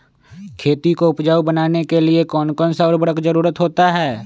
खेती को उपजाऊ बनाने के लिए कौन कौन सा उर्वरक जरुरत होता हैं?